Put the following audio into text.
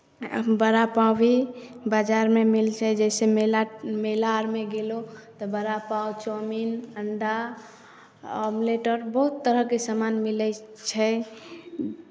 वड़ा पाव भी बाजारमे मिल जाइ छै जइसे मेला मेला आरमे गेलहुँ तऽ वड़ा पाव चाऊमीन अण्डा आमलेट आओर बहुत तरहके सामान मिलै छै